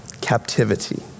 captivity